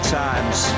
times